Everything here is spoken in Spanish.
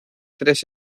tres